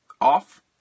off